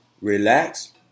relax